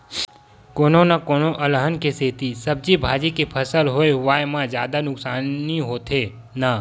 कोनो न कोनो अलहन के सेती सब्जी भाजी के फसल होए हुवाए म जादा नुकसानी होथे न